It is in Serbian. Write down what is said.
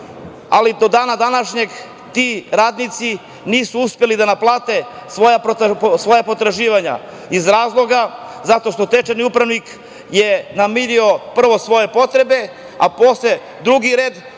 ali do dana današnjeg ti radnici nisu uspeli da naplate svoja potraživanja, iz razloga što je stečajni upravnik namirio prvo svoje potrebe, a posle su bili